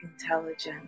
intelligent